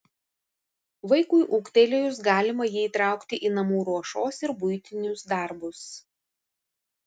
vaikui ūgtelėjus galima jį įtraukti į namų ruošos ir buitinius darbus